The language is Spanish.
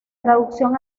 traducción